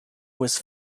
was